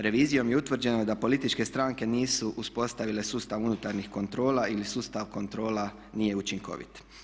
Revizijom je utvrđeno da političke stranke nisu uspostavile sustav unutarnjih kontrola ili sustav kontrola nije učinkovit.